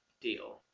deal